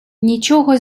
нічого